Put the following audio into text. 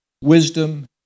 wisdom